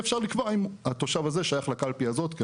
אפשר לקבוע אם התושב הזה שייך לקלפי הזאת כן,